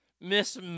Miss